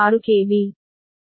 6 KV